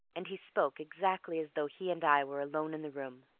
and he spoke exactly as though he and i were alone in the room.